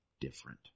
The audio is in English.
different